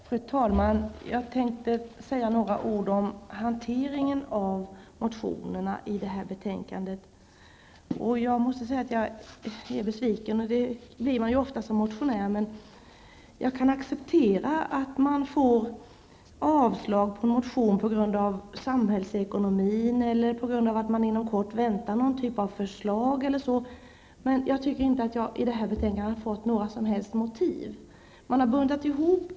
Fru talman! Jag tänkte säga några ord om hanteringen av de motioner som behandlas i detta betänkande. Jag måste säga att jag är besviken. Det blir man ju ofta som motionär. Jag kan acceptera att en motion avstyrks på grund av samhällsekonomin eller på grund av att någon typ av förslag väntas inom kort, men jag tycker inte att jag i detta betänkande har fått några som helst motiv.